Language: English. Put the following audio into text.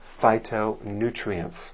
phytonutrients